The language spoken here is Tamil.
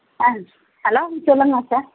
ஆ ஹலோ சொல்லுங்கள் சார்